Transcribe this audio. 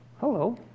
Hello